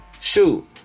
shoot